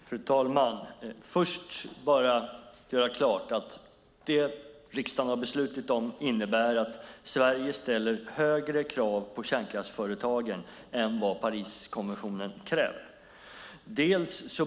Fru talman! Först vill jag göra klart att det riksdagen har beslutat om innebär att Sverige ställer högre krav på kärnkraftsföretagen än vad Pariskonventionen kräver.